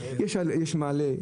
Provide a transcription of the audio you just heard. יש מעלה,